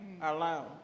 alone